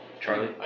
Charlie